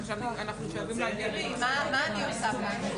הישיבה ננעלה בשעה 13:26.